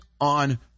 on